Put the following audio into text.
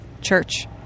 church